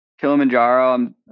Kilimanjaro